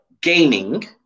Gaming